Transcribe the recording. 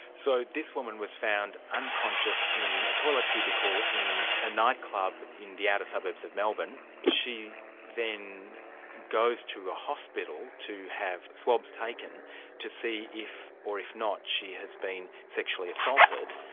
so this woman was found, unconscious, in a toilet cubicle in a night club in the outer suburbs of melbourne. she then goes to the hospital to have swabs taken to see if, or if not, she has been sexually assaulted.